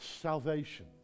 salvation